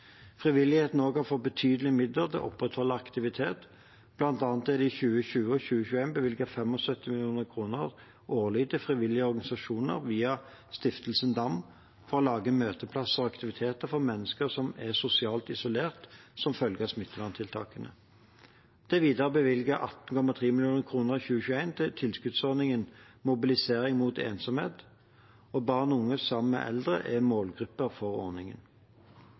har også fått betydelige midler til å opprettholde aktivitet. Blant annet er det i 2020 og 2021 bevilget 75 mill. kr årlig til frivillige organisasjoner via Stiftelsen Dam for å lage møteplasser og aktiviteter for mennesker som er sosialt isolert som følge av smitteverntiltakene. Det er videre bevilget 18,3 mill. kr i 2021 til tilskuddsordningen Mobilisering mot ensomhet, og barn og unge sammen med eldre er målgruppen for ordningen.